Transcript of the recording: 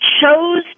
chose